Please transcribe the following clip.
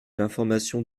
l’information